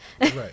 Right